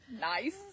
Nice